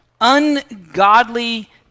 Ungodly